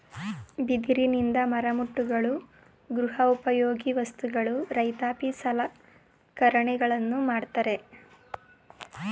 ಬಿದಿರಿನಿಂದ ಮರಮುಟ್ಟುಗಳು, ಗೃಹ ಉಪಯೋಗಿ ವಸ್ತುಗಳು, ರೈತಾಪಿ ಸಲಕರಣೆಗಳನ್ನು ಮಾಡತ್ತರೆ